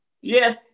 Yes